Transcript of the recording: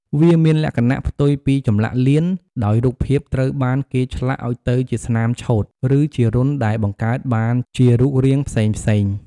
វាមានលក្ខណៈផ្ទុយពីចម្លាក់លៀន ដោយរូបភាពត្រូវបានគេឆ្លាក់ឲ្យទៅជាស្នាមឆូត ឬជារន្ធដែលបង្កើតបានជារូបរាងផ្សេងៗ។